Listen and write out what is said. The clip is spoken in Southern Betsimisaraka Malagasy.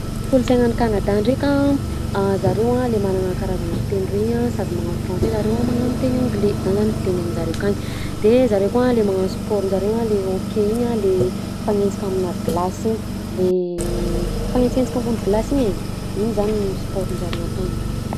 Kolonsaina any Kanada ndreka a ah zareo le manana karazana fiteny roy iny a sady magnano français zareo magnano teny anglais zay zany teny aminjareo akany de zareo ko le magnano sport njareo a le hokey iny le mifanenjika amina glace iny le mifanenjikejika ambony glace iny e iny zany sportnjareo akany.